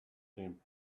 him